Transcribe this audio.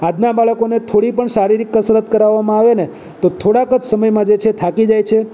આજના બાળકોને થોડી પણ શારીરિક કસરત કરાવવામાં આવે ને તો થોડાક જ સમયમાં જે છે થાકી જાય છે